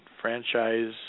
franchise